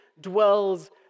dwells